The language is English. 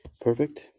Perfect